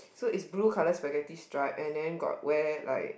so is blue colour spaghetti stripe and then got wear like